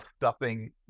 stuffing